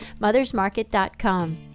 mothersmarket.com